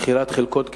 ולמכירת חלקות קבר.